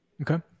Okay